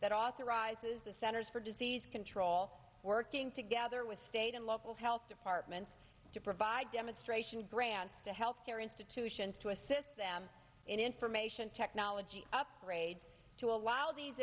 that authorizes the centers for disease control working together with state and local health departments to provide demonstration grants to health care institutions to assist them in information technology upgrades to allow these